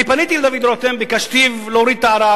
אני פניתי לדוד רותם וביקשתיו להוריד את הערר,